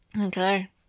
Okay